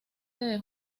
del